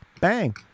bang